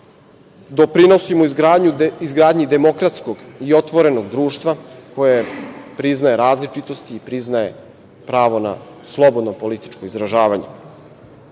doprinosimo izgradnji demokratskog i otvorenog društva koje priznaje različitosti i priznaje pravo na slobodno političko izražavanje.